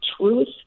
truth